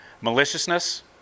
Maliciousness